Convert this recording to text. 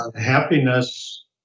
Happiness